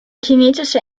kinetische